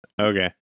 Okay